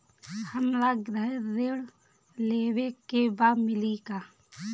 हमरा गृह ऋण लेवे के बा मिली का?